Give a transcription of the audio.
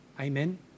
Amen